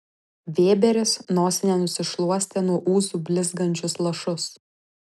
vėberis nosine nusišluostė nuo ūsų blizgančius lašus